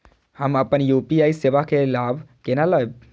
हम अपन यू.पी.आई सेवा के लाभ केना लैब?